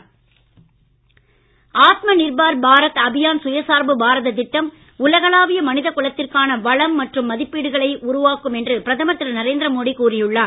பிரதமர் ஆத்ம நிர்பார் பாரத் அபியான் சுயசார்பு பாரத திட்டம் உலகளாவிய மனித குலத்திற்கான வளம் மற்றும் மதிப்பீடுகளை உருவாக்கும் என்று பிரதமர் திரு நரேந்திர மோடி கூறி உள்ளார்